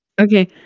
Okay